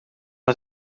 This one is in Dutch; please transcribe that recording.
het